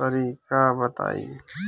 तरीका बताईं?